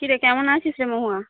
কি রে কেমন আছিস রে মহুয়া